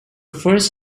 first